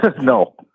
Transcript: No